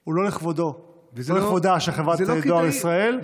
הוא לא לכבודה של חברת דואר ישראל,